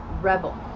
Rebel